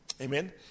Amen